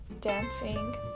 dancing